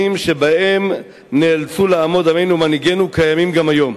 שבהם נאלצו לעמוד עמנו ומנהיגינו קיימים גם היום.